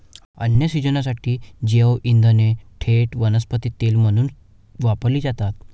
अन्न शिजवण्यासाठी जैवइंधने थेट वनस्पती तेल म्हणून वापरली जातात